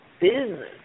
business